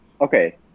okay